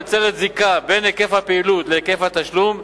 היוצרת זיקה בין היקף הפעילות להיקף התשלום,